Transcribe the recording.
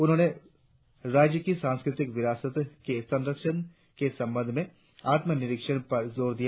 उन्होंने राज्य की सांस्कृतिक विरासत के संरक्षण के संबंद्व में आत्मनिरीक्षण पर जोर दिया